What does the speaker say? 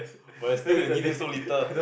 but still they give you so little